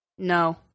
No